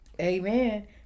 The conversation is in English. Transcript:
Amen